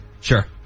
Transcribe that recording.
Sure